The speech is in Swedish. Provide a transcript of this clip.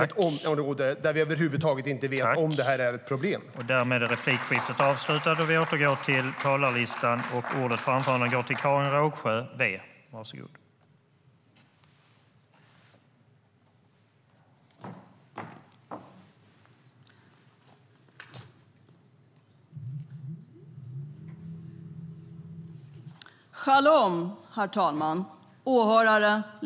Och vi vet ju över huvud taget inte om det här är ett problem.